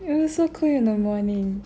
it was so cold in the morning